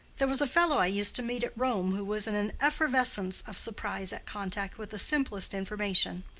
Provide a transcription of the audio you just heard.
there was a fellow i used to meet at rome who was in an effervescence of surprise at contact with the simplest information.